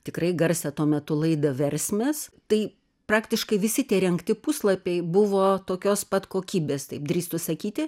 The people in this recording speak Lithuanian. tikrai garsią tuo metu laidą versmės tai praktiškai visi tie rengti puslapiai buvo tokios pat kokybės taip drįstu sakyti